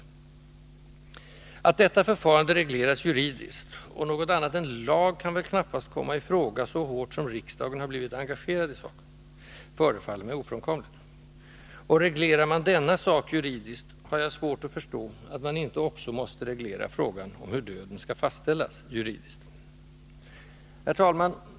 Att detta förfarande regleras juridiskt — och något annat än lag kan väl knappast komma i fråga, så hårt som riksdagen blivit engagerad i saken — förefaller mig ofrånkomligt. Och reglerar man denna sak juridiskt, har jag svårt att förstå att man inte också måste reglera frågan om hur döden skall fastställas juridiskt. Herr talman!